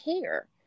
care